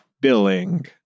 billing